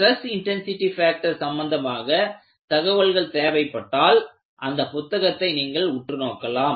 stress intensity factor சம்பந்தமாக தகவல்கள் தேவைப்பட்டால் அந்த புத்தகத்தை நீங்கள் உற்று நோக்கலாம்